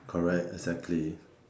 correct exactly